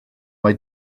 mai